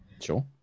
Sure